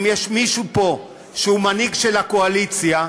אם יש מישהו פה שהוא מנהיג של הקואליציה,